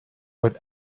with